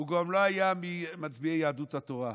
הוא גם לא היה ממצביעי יהדות התורה,